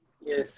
Yes